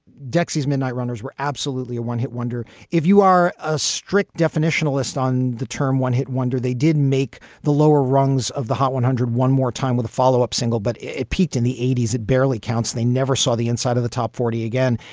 dexia's midnight runners were absolutely a one hit wonder if you are a strict definition illest on the term one hit wonder they did make the lower rungs of the hot one hundred one more time with follow up single, but it peaked in the eighty s. it barely counts. they never saw the inside of the top forty again.